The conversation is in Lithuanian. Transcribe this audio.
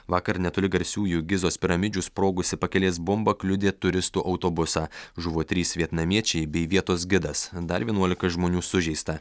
vakar netoli garsiųjų gizos piramidžių sprogusi pakelės bomba kliudė turistų autobusą žuvo trys vietnamiečiai bei vietos gidas dar vienuolika žmonių sužeista